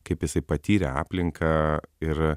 kaip jisai patyrė aplinką ir